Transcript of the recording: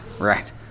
right